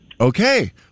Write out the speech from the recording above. Okay